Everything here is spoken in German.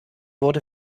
wurde